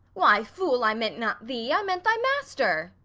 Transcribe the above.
why, fool, i meant not thee, i meant thy master.